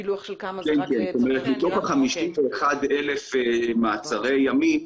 מתוך ה-51,000 מעצרי ימים,